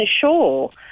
sure